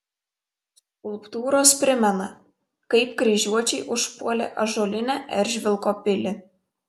skulptūros primena kaip kryžiuočiai užpuolė ąžuolinę eržvilko pilį